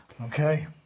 Okay